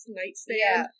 nightstand